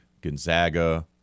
gonzaga